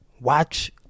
watch